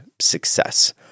success –